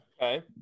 Okay